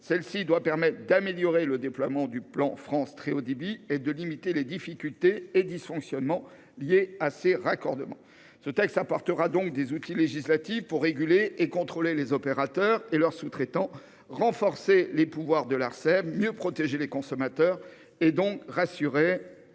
Elle doit permettre d'améliorer le déploiement du plan France Très Haut Débit et de limiter les difficultés et les dysfonctionnements liés à ces raccordements. Ce texte apportera des outils législatifs pour réguler et contrôler les opérateurs et leurs sous-traitants, pour renforcer les pouvoirs de l'Arcep et mieux protéger les consommateurs, et ainsi rassurer les collectivités